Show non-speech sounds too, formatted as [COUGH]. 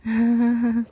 [LAUGHS]